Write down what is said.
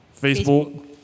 Facebook